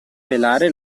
pelare